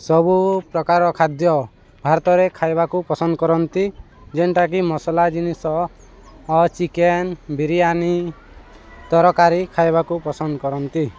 ସବୁ ପ୍ରକାର ଖାଦ୍ୟ ଭାରତରେ ଖାଇବାକୁ ପସନ୍ଦ କରନ୍ତି ଯେନଟା କି ମସଲା ଜିନିଷ ଚିକେନ ବିରିୟାନି ତରକାରୀ ଖାଇବାକୁ ପସନ୍ଦ କରନ୍ତି